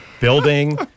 building